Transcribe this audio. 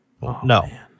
No